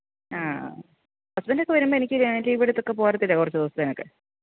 ആ ഹസ്ബൻ്റൊക്കെ വരുമ്പം എനിക്ക് ലീവ് എടുത്തൊക്കെ പോരത്തില്ലേ കുറച്ചു ദിവസത്തേകൊക്കെ